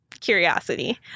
curiosity